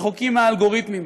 רחוקים מהאלגוריתמים.